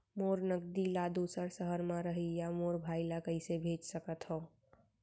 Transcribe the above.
मोर नगदी ला दूसर सहर म रहइया मोर भाई ला कइसे भेज सकत हव?